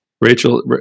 Rachel